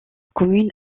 commune